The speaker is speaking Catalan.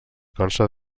consta